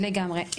נכון לגמרי.